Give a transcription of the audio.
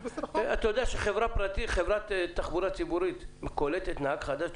אתה יודע שכאשר חברת תחבורה ציבורית קולטת נהג חדש,